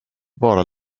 bara